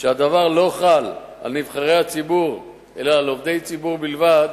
שהדבר לא חל על נבחרי הציבור אלא על עובדי ציבור בלבד,